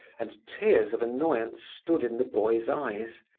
and tears of annoyance stood in the boy's eyes.